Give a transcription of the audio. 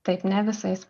taip ne visais